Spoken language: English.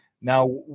now